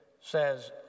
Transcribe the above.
says